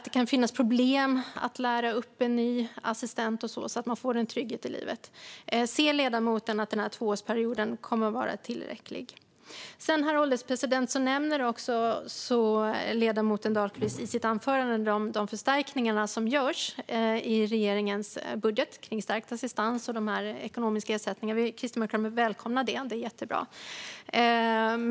Det kan vara problematiskt att lära upp en ny assistent så att livet blir tryggt. Anser ledamoten att tvåveckorsperioden kommer att vara tillräcklig? Herr ålderspresident! Ledamoten Dahlqvist nämnde i sitt anförande de förstärkningar som regeringen gör i budgeten i fråga om de ekonomiska ersättningarna för stärkt assistans. Vi kristdemokrater välkomnar dem, och de är jättebra.